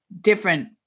different